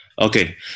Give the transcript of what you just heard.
okay